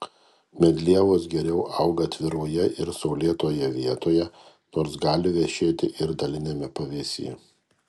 medlievos geriau auga atviroje ir saulėtoje vietoje nors gali vešėti ir daliniame pavėsyje